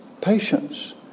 patience